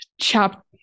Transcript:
chapter